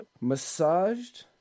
massaged